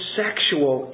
sexual